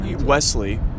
Wesley